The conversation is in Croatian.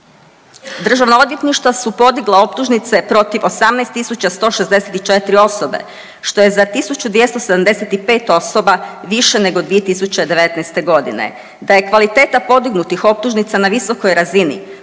Državna odvjetništva su podigla optužnice protiv 18 164 osobe, što je za 1 275 osoba više nego 2019. g. Da je kvaliteta podignutih optužnica na visokoj razini